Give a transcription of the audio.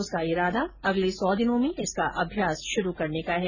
उसका इरादा अगले सौ दिनों में इसका अभ्यास शुरू करने का है